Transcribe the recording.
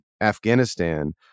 Afghanistan